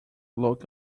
look